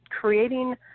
creating